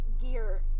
gear